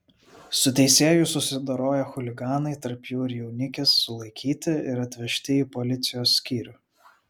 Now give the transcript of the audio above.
su teisėju susidoroję chuliganai tarp jų ir jaunikis sulaikyti ir atvežti į policijos skyrių